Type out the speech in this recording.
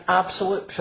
absolute